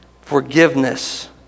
forgiveness